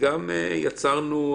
וגם יצרנו,